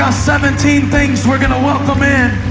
ah seventeen things we're going to welcome in.